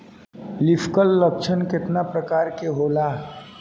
Leaf curl लक्षण केतना परकार के होला?